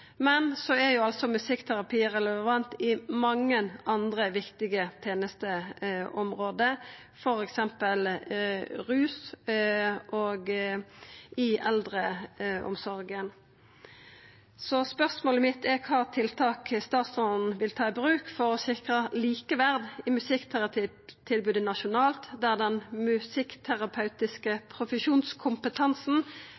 men musikkterapi er også relevant i mange andre viktige tenesteområde, f.eks. i rusomsorga og i eldreomsorga. Spørsmålet mitt er kva tiltak statsråden vil ta i bruk for å sikra likeverd i musikkterapitilbodet nasjonalt, der den